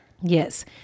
Yes